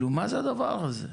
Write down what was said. מה זה הדבר הזה שאנחנו,